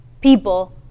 people